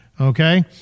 Okay